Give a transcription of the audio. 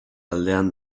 aldean